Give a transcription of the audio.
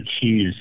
cheese